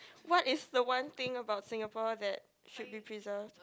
what is the one thing about Singapore that should be preserved